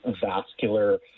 vascular